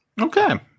Okay